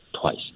twice